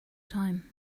time